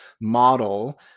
model